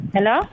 Hello